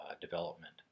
development